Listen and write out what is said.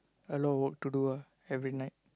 a lot of work to do ah every night